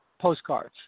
postcards